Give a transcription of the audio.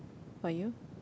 about you